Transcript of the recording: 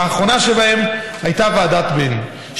האחרונה שבהן הייתה ועדת ביין,